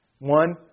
One